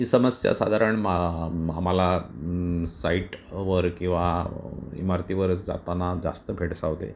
ही समस्या सादारण मा म्हा मला साईटवर किंवा इमारतीवर जाताना जास्त भेडसावते